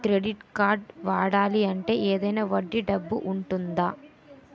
Credit కార్డ్ని వాడాలి అంటే ఏదైనా వడ్డీ డబ్బు ఉంటుందా?